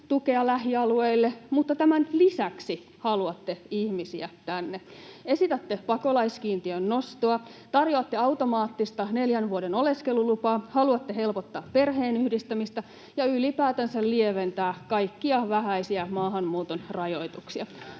tukea lähialueille, mutta tämän lisäksi haluatte ihmisiä tänne. Esitätte pakolaiskiintiön nostoa, tarjoatte automaattista neljän vuoden oleskelulupaa, haluatte helpottaa perheenyhdistämistä ja ylipäätänsä lieventää kaikkia vähäisiä maahanmuuton rajoituksia.